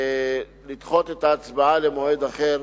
לדחות את ההצבעה למועד אחר,